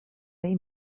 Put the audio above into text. rey